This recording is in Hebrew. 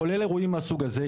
כולל אירועים מהסוג הזה,